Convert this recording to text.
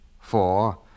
four